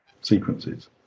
sequences